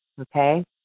okay